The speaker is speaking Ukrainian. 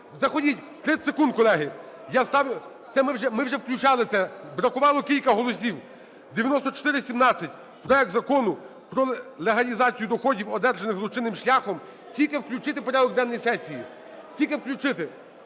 Заходіть, 30 секунд, колеги. Ми вже включали це, бракувало кілька голосів. 9417 - проект Закону про легалізацію доходів, одержаних злочинним шляхом. Тільки включити в порядок денний сесії, тільки включити.